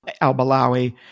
al-Balawi